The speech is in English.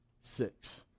six